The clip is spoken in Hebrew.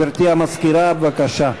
גברתי המזכירה, בבקשה.